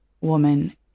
woman